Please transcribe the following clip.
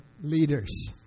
leaders